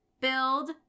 Build